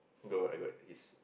got I got his